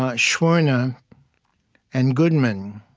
but schwerner and goodman